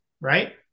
Right